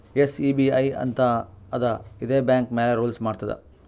SEBI ಅಂತ್ ಅದಾ ಇದೇ ಬ್ಯಾಂಕ್ ಮ್ಯಾಲ ರೂಲ್ಸ್ ಮಾಡ್ತುದ್